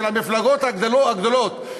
של המפלגות הגדולות,